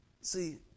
See